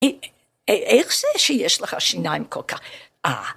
‫איך זה שיש לך שיניים כל כך... ‫אה...